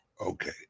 Okay